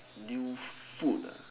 new food lah